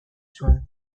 zuen